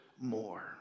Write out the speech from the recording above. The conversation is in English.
more